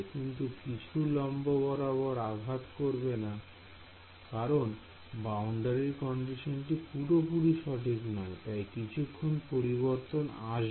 কিন্তু কিছু লম্ব বরাবর আঘাত করবে না কারণ বাউন্ডারি কন্ডিশনটি পুরোপুরি সঠিক নয় তাই কিছু পরিবর্তন আসবে